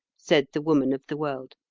said the woman of the world,